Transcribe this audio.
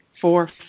four